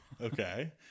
okay